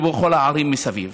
ובכל הערים מסביב.